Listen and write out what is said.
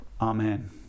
Amen